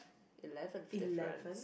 eleventh difference